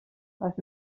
les